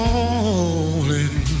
falling